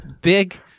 big